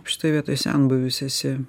šitoj vietoj senbuvis esi